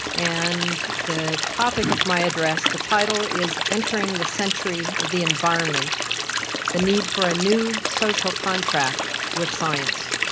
and the topic of my address. the title is entering the century of the environment the need for a new social contract with science.